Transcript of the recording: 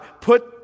put